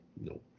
No